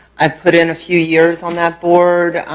i put in a few years on that board.